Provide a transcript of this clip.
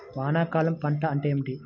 వానాకాలం పంట అంటే ఏమిటి?